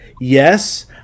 Yes